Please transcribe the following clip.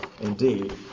indeed